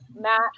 Matt